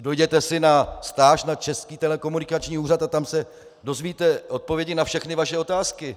Dojděte si na stáž na Český telekomunikační úřad a tam se dozvíte odpovědi na všechny vaše otázky.